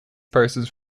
persons